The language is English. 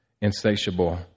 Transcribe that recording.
insatiable